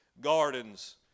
gardens